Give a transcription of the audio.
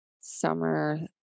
Summer